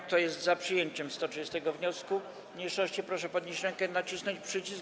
Kto jest za przyjęciem 130. wniosku mniejszości, proszę podnieść rękę i nacisnąć przycisk.